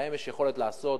להם יש יכולת לעשות,